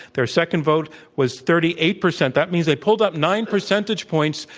their second vote was thirty eight percent. that means they pulled up nine percentage points.